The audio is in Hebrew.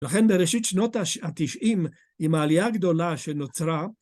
ולכן בראשית שנות התשעים עם העלייה הגדולה שנוצרה